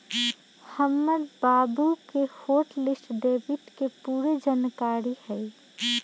हमर बाबु के हॉट लिस्ट डेबिट के पूरे जनकारी हइ